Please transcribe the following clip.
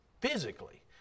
physically